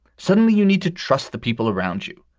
suddenly you need to trust the people around you.